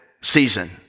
season